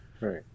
Right